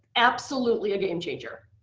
absolutely a game changer.